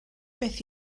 beth